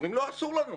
אומרים, לא, אסור לנו,